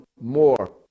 more